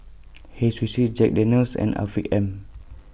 Hei Sushi Jack Daniel's and Afiq M